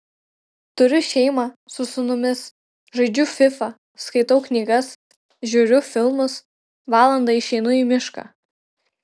turiu šeimą su sūnumis žaidžiu fifa skaitau knygas žiūriu filmus valandai išeinu į mišką